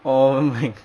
oh my